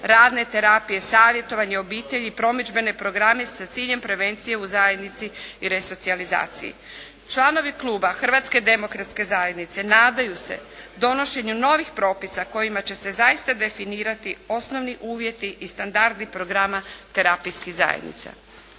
radne terapije, savjetovanje obitelji i promidžbene programe s ciljem prevencije u zajednici i resocijalizaciji. Članovi Kluba Hrvatske demokratske zajednice nadaju se donošenju novih propisa kojima će se zaista definirati osnovni uvjeti i standardi programa terapijskih zajednica.